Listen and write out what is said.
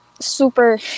Super